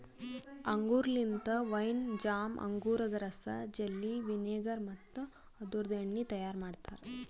ಅಂಗೂರ್ ಲಿಂತ wine, jam, ಅಂಗೂರದ ರಸ, ಜೆಲ್ಲಿ, ವಿನೆಗರ್ ಮತ್ತ ಅದುರ್ದು ಎಣ್ಣಿ ತೈಯಾರ್ ಮಾಡ್ತಾರ